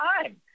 time